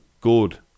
good